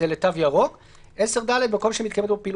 "לפי הנמוך מביניהם, ואולם במקום כאמור